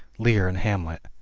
lear and hamlet.